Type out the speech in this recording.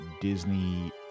Disney